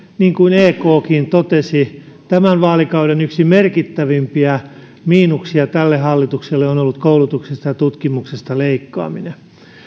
niin kuin ekkin totesi tämän vaalikauden yksi merkittävimpiä miinuksia tälle hallitukselle on ollut koulutuksesta ja tutkimuksesta leikkaaminen